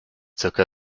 zirka